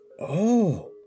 Oh